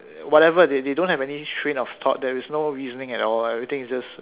whatever they they don't have any train of thought there's no reasoning at all everything is just